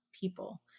people